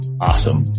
Awesome